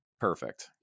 Perfect